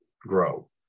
grow